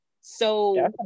So-